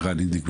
ערן אינדיק,